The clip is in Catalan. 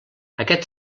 aquest